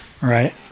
Right